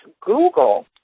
Google